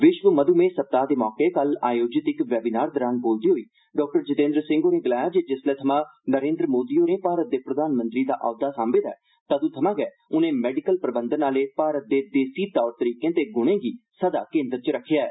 विश्व मध्मेह सप्ताह दे मौके पर कल आयोजित इक वेबीनार दौरान बोलदे होई डाक्टर जीतेन्द्र सिंह होरें गलाया जे जिसलै थमां नरेन्द्र मोदी होरें भारत दे प्रधानमंत्री दा औहद्वा सांभे दा ऐ तदुं थमां गै उर्ने मेडिकल प्रबंधन आहले भारत दे देसी तौर तरीकें ते गुर्णे गी सदा केन्द्र च रक्खेआ ऐ